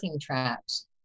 traps